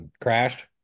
crashed